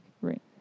Right